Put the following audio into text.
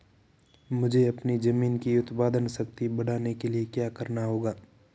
मुझे अपनी ज़मीन की उत्पादन शक्ति बढ़ाने के लिए क्या करना होगा?